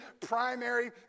primary